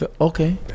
okay